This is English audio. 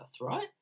right